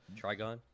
Trigon